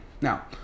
Now